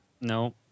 No